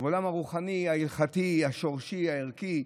והעולם הרוחני, ההלכתי, השורשי, הערכי,